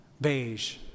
Beige